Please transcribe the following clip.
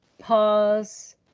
pause